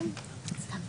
כן.